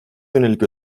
yönelik